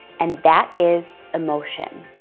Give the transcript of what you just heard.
and that is emotion.